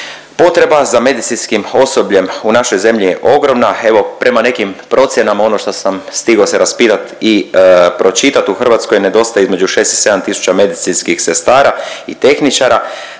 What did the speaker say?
Potreba za medicinskim osobljem u našoj zemlji je ogromna, evo, prema nekim procjenama, ono što sam stigao se raspitati i pročitati, u Hrvatskoj nedostaje između 6 i 7 tisuća medicinskih sestara i tehničara,